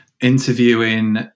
interviewing